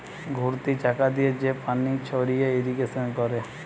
ঘুরতি চাকা দিয়ে যে পানি ছড়িয়ে ইরিগেশন করে